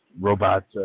robot